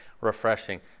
refreshing